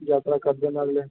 यात्रा करदे न